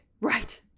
Right